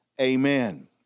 Amen